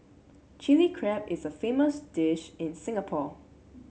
Chilli Crab is a famous dish in Singapore